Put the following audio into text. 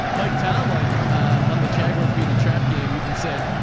mike tomlin on the jaguars being a trap game even said,